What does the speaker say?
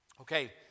Okay